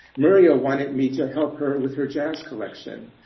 muriel wanted me to help her with her jazz collection.